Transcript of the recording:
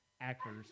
actors